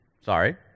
sorry